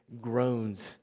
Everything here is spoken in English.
groans